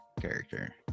character